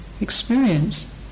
experience